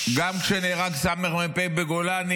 גם כשנהרג סמ"פ בגולני,